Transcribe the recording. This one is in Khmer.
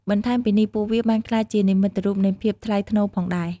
បន្ថែមពីនេះ ពួកវាបានក្លាយជានិមិត្តរូបនៃភាពថ្លៃថ្នូរផងដែរ។